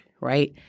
right